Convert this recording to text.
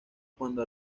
cuando